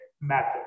method